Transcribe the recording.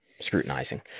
scrutinizing